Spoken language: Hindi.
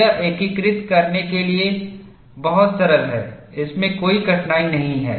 यह एकीकृत करने के लिए बहुत सरल है इसमें कोई कठिनाई नहीं है